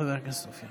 חבר הכנסת אופיר.